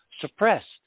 suppressed